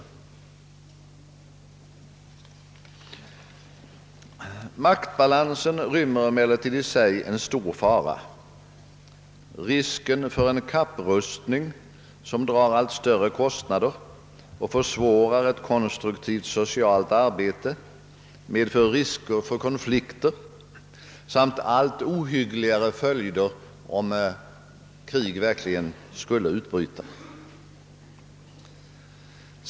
Maktbalansen rymmer emellertid i sig en stor fara. Risken för en kapprustning som drar allt större kostnader och försvårar ett konstruktivt socialt arbete medför risker för konflikter samt ännu ohyggligare följder om krig verkligen skulle utbryta.